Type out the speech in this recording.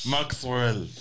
Maxwell